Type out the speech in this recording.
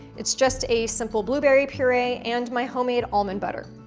it's just a simple blueberry puree and my homemade almond butter.